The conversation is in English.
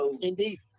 Indeed